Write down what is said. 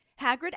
Hagrid